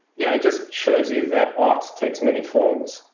yeah, it just shows you that art takes many forms.